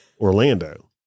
Orlando